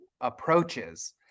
approaches